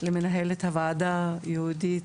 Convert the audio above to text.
למנהלת הוועדה יהודית,